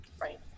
Right